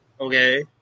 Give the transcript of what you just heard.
okay